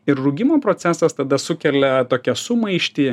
ir rūgimo procesas tada sukelia tokią sumaištį